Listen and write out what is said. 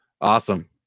Awesome